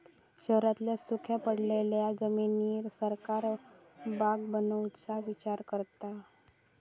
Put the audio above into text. शहरांतल्या सुख्या पडलेल्या जमिनीर सरकार बाग बनवुचा विचार करता